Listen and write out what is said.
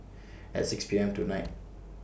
At six P M tonight